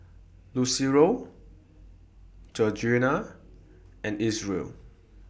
Lucero Georgiana and Isreal